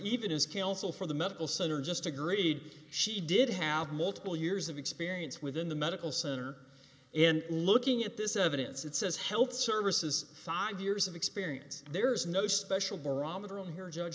even as counsel for the medical center just agreed she did have multiple years of experience within the medical center and looking at this evidence it says health services five years of experience there's no special barometer i'm here j